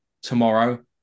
tomorrow